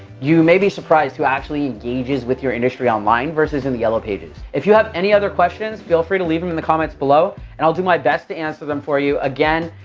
you may be surprised who actually engages with your industry online versus in the yellow pages. if you have any other questions, feel free to leave them in the comments below. and i'll do my best to answer them for you. again,